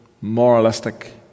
moralistic